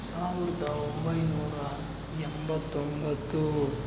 ಸಾವಿರ್ದ ಒಂಬೈನೂರ ಎಂಬತ್ತೊಂಬತ್ತು